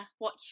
watch